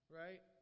right